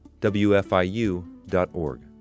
wfiu.org